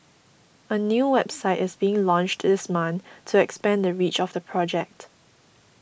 a new website is being launched this month to expand the reach of the project